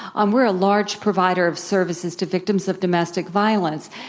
um we're a large provider of services to victims of domestic violence.